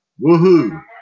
Woohoo